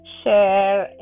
share